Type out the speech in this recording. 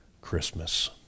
Christmas